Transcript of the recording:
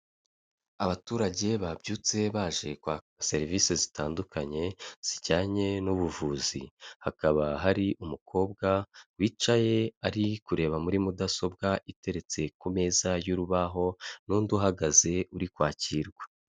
Abaturage babyutse baje kwaka serivisi zitandukanye zijyanye n'ubuvuzi. Hakaba hari umukobwa wicaye ari kureba muri mudasobwa iteretse ku meza y'urubaho n'undi uhagaze uri kwakirwa.